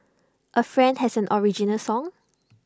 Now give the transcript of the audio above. A friend has an original song